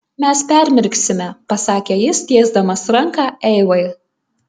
mes permirksime pasakė jis tiesdamas ranką eivai